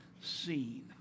seen